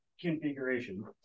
configuration